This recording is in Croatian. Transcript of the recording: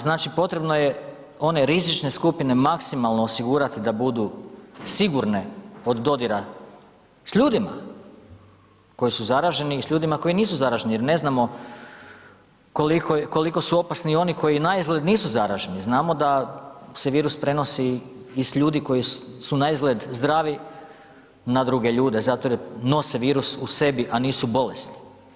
Znači, potrebno je one rizične skupine maksimalno osigurat da budu sigurne od dodira s ljudima koji su zaraženi i s ljudima koji nisu zaraženi jer ne znamo koliko su opasni i oni koji naizgled nisu zaraženi, znamo da se virus prenosi i s ljudi koji su naizgled zdravi na druge ljude zato jer nose virus u sebi, a nisu bolesni.